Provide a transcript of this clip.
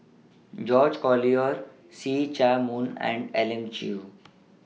George Collyer See Chak Mun and Elim Chew